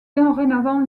dorénavant